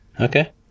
Okay